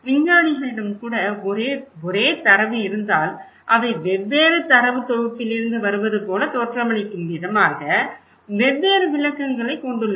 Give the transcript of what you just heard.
விஞ்ஞானிகளிடம் கூட ஒரே தரவு இருந்தால் அவை வெவ்வேறு தரவுத் தொகுப்பிலிருந்து வருவது போல தோற்றமளிக்கும் விதமாக வெவ்வேறு விளக்கங்களைக் கொண்டுள்ளன